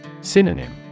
Synonym